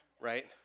right